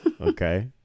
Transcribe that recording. Okay